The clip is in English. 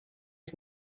get